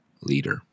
leader